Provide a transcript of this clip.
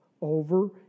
over